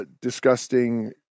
disgusting